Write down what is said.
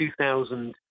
2,000